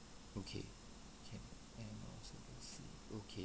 can okay